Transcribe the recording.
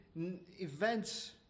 events